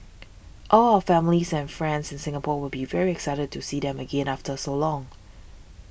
all our families and friends in Singapore will be very excited to see them again after so long